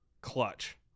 clutch